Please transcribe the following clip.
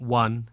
one